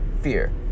fear